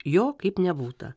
jo kaip nebūta